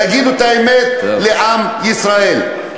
תגידו את האמת לעם ישראל.